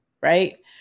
right